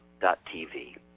TV